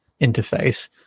interface